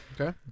Okay